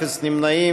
אפס נמנעים.